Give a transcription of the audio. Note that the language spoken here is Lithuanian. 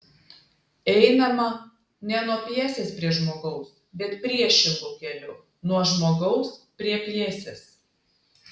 einama ne nuo pjesės prie žmogaus bet priešingu keliu nuo žmogaus prie pjesės